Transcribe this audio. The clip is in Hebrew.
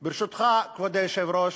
ברשותך, כבוד היושב-ראש,